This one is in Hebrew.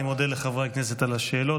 אני מודה לחברי הכנסת על השאלות.